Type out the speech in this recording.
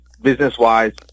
business-wise